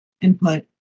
input